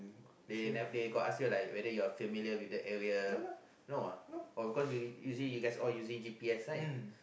they never they got ask you like whether you are familiar with the area no ah oh cause you you guys usually you guys using G_P_S right